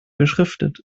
beschriftet